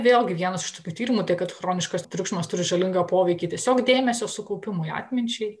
vėlgi vienas iš tokių tyrimų tai kad chroniškas triukšmas turi žalingą poveikį tiesiog dėmesio sukaupimui atminčiai